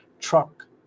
truck